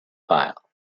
file